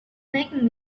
making